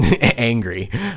Angry